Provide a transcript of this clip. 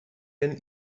denn